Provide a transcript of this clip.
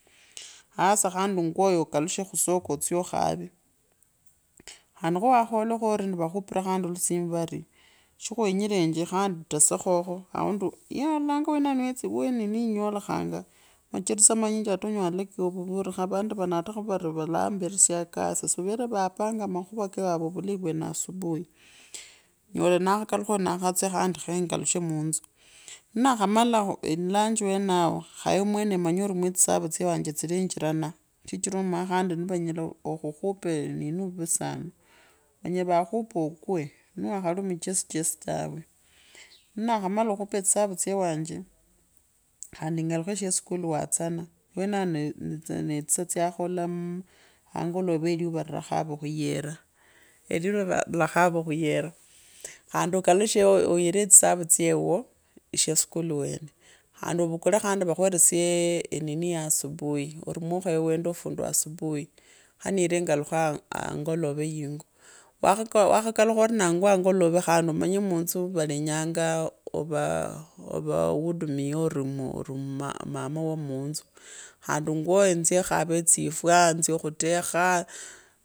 Hasa khandi ngwoyo okusoka otsye okhawe khandi khawakhola kho ore nivakhupira khandi olusimu vari shikhwenyerenje khandi uresekhokho aundi yaa alanga awenao niwo enini inyolekhanga majaritoo manyinyi ata unyela watakayua ovuvi khori avandu kana uta vari khuri valamberesyanga akasi si vavere vapanga makhuva kewavop avulai vyene asubuhi, nyola nakhakulakhaa nakhatsya khandi khe ngalishe muntu, nnakhamala lunch weneo khoye mwee erange arimwetsani tsyanje tsilenjiranani hichira aranganje khandi nivannyela okhu khupa enini vuusana, vanyola vaakhupa okwee niwakhandi muhosi chesi tawe mnakhamale khupa tsisuve tsyakhola muti, hangolave iyuva lilakhava khuyora, elyura lilakhava khunyora, khondi ukalushe wire tsivavii tsye wuuo sheskulu wane khandi avukule khandi vakhweresyee enini yeye sibui ari mwakhaya wende ofundi asubuhi khanire engalukhe angolove yiingo, wakhakalukha ori ori nangwa angolowe, khandi amanye munzu valenyaangaa ava, ovaa avaudumie ori mu mama wa muumuu, khandi ngwayo enzye khare tsi fwaa tsye khutekhaa.